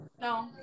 No